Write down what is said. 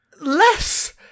Less